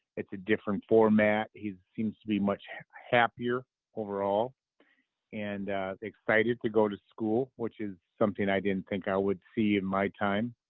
it's a different format. he seems to be much happier overall and excited to go to school, which is something i didn't think i would see in my time.